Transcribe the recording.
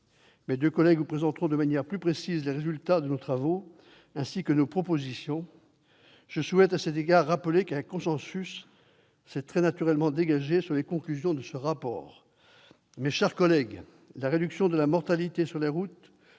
Mes deux collègues vous présenteront de manière plus précise les résultats de nos travaux, ainsi que nos propositions. Je souhaite, à cet égard, rappeler qu'un consensus s'est très naturellement dégagé sur les conclusions de ce rapport. Mes chers collègues, la réduction de la mortalité sur les routes